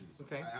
Okay